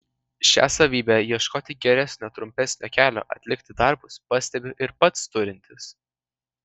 šią savybę ieškoti geresnio trumpesnio kelio atlikti darbus pastebiu ir pats turintis